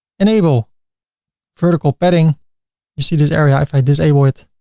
enable vertical padding you see this area, if i disable it,